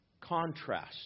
contrast